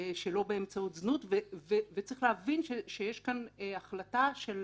שלא באמצעות זנות, וצריך להבין שיש כאן החלטה של